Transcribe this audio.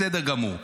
בסדר גמור.